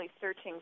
searching